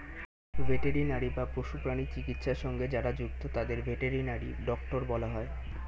veterinary বা পশু প্রাণী চিকিৎসা সঙ্গে যারা যুক্ত তাদের ভেটেরিনারি ডক্টর বলা হয়